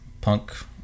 punk